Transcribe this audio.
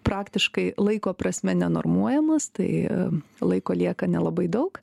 praktiškai laiko prasme nenormuojamas tai laiko lieka nelabai daug